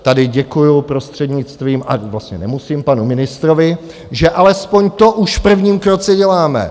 Tady děkuju prostřednictvím, a vlastně nemusím panu ministrovi, že alespoň to už v prvním kroku děláme.